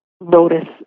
Notice